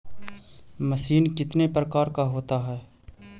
Machine कितने प्रकार का होता है?